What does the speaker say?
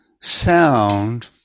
sound